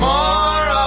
More